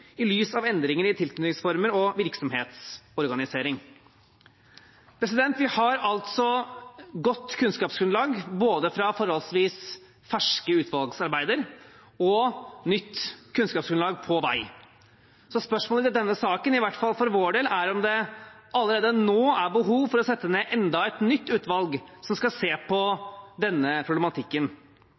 i lys av endringer i tilknytningsformer og virksomhetsorganisering. Vi har altså et godt kunnskapsgrunnlag fra forholdsvis ferske utvalgsarbeider, og nytt kunnskapsgrunnlag er på vei. Så spørsmålet til denne saken, i hvert fall for vår del, er om det allerede nå er behov for å sette ned enda et utvalg som skal se på denne problematikken.